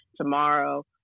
tomorrow